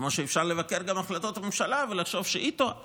כמו שאפשר לבקר גם את החלטות הממשלה ולחשוב שהיא טועה